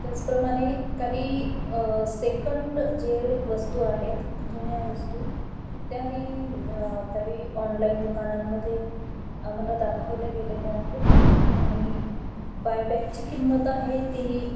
त्याचप्रमाणे काही सेकंड जे वस्तू आहेत जुन्या वस्तू त्याही काही ऑनलाईन दुकानांमध्येे आम्हाला दाखवल्या गेलेल्या आहेत आणि बायबॅकची किंमत आहे ती